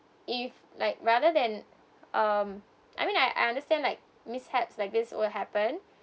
if like rather than um I mean I understand like mishaps like this will happen